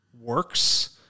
works